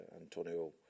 Antonio